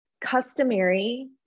customary